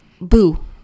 boo